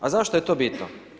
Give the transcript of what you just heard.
A zašto je to bitno?